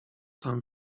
tam